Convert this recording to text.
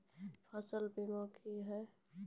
फसल बीमा क्या हैं?